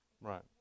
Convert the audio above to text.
Right